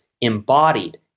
embodied